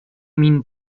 min